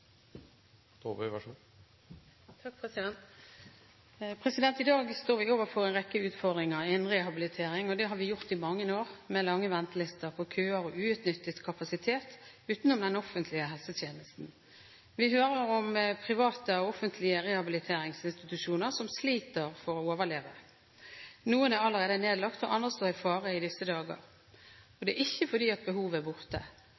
I dag står vi overfor en rekke utfordringer innen rehabilitering, og det har vi gjort i mange år, med lange ventelister, køer og uutnyttet kapasitet utenom den offentlige helsetjenesten. Vi hører om private og offentlige rehabiliteringsinstitusjoner som sliter for å overleve. Noen er allerede nedlagt, og andre står i fare for det i disse dager. Det er ikke fordi behovet er borte.